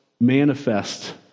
manifest